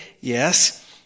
yes